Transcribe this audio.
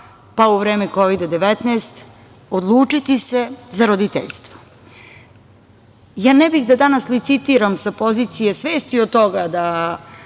pa u vreme Kovida-19 odlučiti se za roditeljstvo. Ne bih da danas licitiram sa pozicije svesti od toga da